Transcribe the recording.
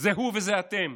זה הוא וזה אתם.